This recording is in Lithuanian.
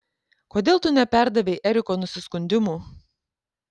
kodėl tu neperdavei eriko nusiskundimų